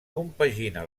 compagina